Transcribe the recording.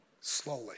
slowly